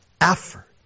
effort